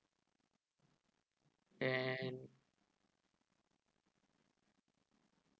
and